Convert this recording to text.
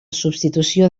substitució